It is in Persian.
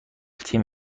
تیم